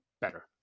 better